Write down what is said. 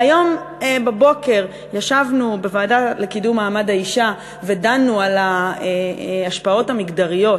והיום בבוקר ישבנו בוועדה לקידום מעמד האישה ודנו על ההשפעות המגדריות